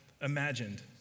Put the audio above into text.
imagined